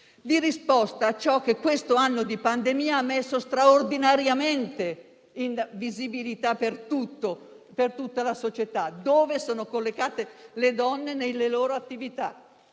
di risposta a ciò che questo anno di pandemia ha messo straordinariamente in visibilità per tutta la società, cioè dove sono collocate le donne nelle loro attività.